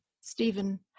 Stephen